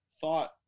thought